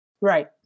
Right